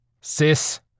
Sis